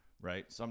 right